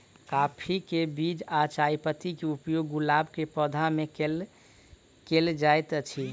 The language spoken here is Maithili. काफी केँ बीज आ चायपत्ती केँ उपयोग गुलाब केँ पौधा मे केल केल जाइत अछि?